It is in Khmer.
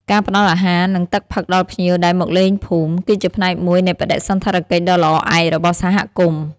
ការផ្តល់អាហារ និងទឹកផឹកដល់ភ្ញៀវដែលមកលេងភូមិ គឺជាផ្នែកមួយនៃបដិសណ្ឋារកិច្ចដ៏ល្អឯករបស់សហគមន៍។